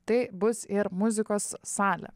tai bus ir muzikos salė